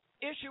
issue